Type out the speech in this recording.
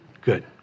Good